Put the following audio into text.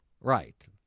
Right